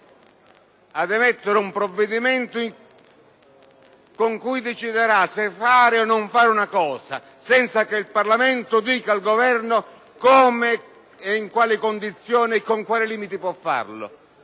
ad emanare un provvedimento con cui esso decidera se fare o non fare una cosa, senza che il Parlamento stabilisca in quali condizioni e con quali limiti puofarlo.